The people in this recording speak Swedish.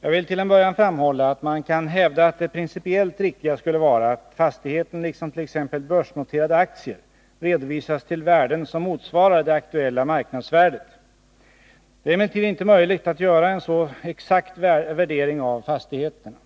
Jag vill till en början framhålla att man kan hävda att det principiellt riktiga skulle vara att fastigheter, liksom t.ex. börsnoterade aktier, redovisas till värden som motsvarar det aktuella marknadsvärdet. Det är emellertid inte möjligt att göra en så exakt värdering av fastigheterna.